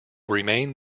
remain